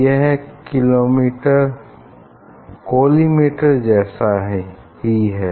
यह कोलीमेटर जैसा ही है